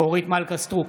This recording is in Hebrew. אורית מלכה סטרוק,